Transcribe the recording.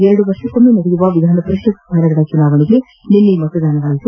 ಎರದು ವರ್ಷಕ್ಕೊಮ್ಮೆ ನಡೆಯುವ ವಿಧಾನಪರಿಷತ್ ಸ್ಥಾನಗಳ ಚುನಾವಣೆಗೆ ನಿನ್ನೆ ಮತದಾನವಾಗಿತ್ತು